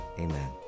Amen